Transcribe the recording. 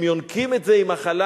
הם יונקים את זה עם החלב,